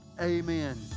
Amen